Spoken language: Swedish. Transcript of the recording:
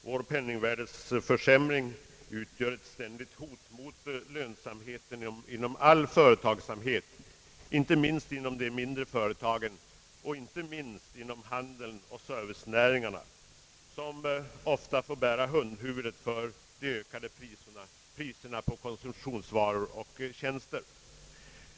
Vår penningvärdeförsämring utgör ett ständigt hot mot lönsamheten inom all företagsamhet, inte minst hos de mindre företagen och inom handeln och servicenäringarna som ofta får bära hundhuvudet för de ökade priserna på konsumtionsvaror och tjänster.